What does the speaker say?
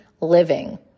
living